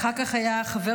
אחר כך היה חבר